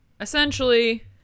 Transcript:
essentially